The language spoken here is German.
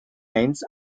eins